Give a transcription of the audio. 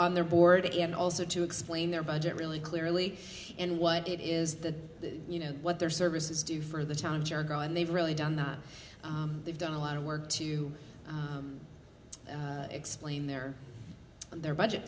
on their board and also to explain their budget really clearly and what it is that you know what their services do for the town sure go and they've really done that they've done a lot of work to explain their their budget